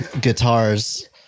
guitars